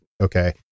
okay